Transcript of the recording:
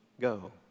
go